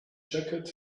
jacket